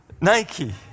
Nike